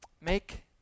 make